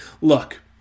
Look